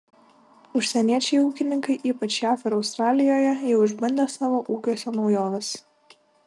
užsieniečiai ūkininkai ypač jav ir australijoje jau išbandė savo ūkiuose naujoves